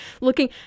looking